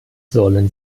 sollen